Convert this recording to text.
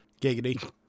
Giggity